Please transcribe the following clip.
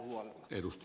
arvoisa puhemies